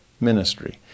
ministry